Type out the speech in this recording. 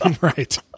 Right